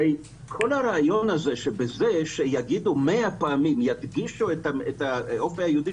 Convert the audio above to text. זה שידגישו 100 פעמים את האופי היהודי